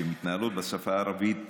בשפה הערבית,